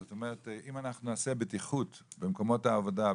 זאת אומרת אם אנחנו נעשה בטיחות במקומות העבודה,